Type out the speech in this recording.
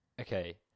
okay